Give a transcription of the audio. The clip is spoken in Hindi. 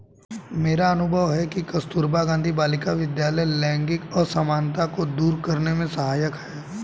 मेरा अनुभव है कि कस्तूरबा गांधी बालिका विद्यालय लैंगिक असमानता को दूर करने में सहायक है